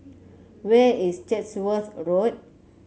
where is Chatsworth Road